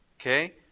Okay